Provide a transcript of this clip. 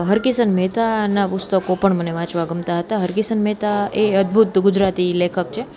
હરકિશન મહેતાના પુસ્તકો પણ મને વાંચવા ગમતા હતા હરકિશન મહેતા એ અદભૂત ગુજરાતી લેખક છે